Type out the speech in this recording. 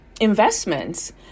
investments